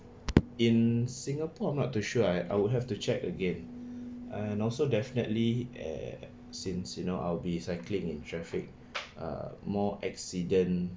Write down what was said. in singapore I'm not too sure I would have to check again uh and also definitely eh since you know I'll be cycling in traffic uh more accident